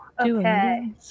Okay